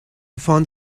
found